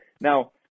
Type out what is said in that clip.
Now